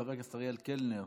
חבר הכנסת אריאל קלנר